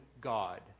God